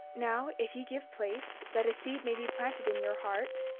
now, if ye give place, that a seed may be planted in your heart,